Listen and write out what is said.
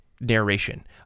narration